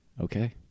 Okay